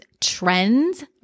trends